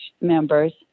members